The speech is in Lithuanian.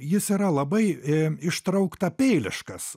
jis yra labai a ištrauktapeiliškas